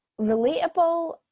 relatable